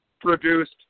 produced